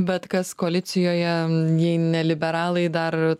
bet kas koalicijoje jei ne liberalai dar